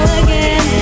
again